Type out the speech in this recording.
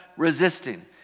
resisting